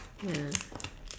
ya